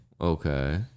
Okay